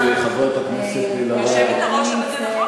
טוב, אני כרגע נמצאת, היושבת-ראש, אבל זה נכון.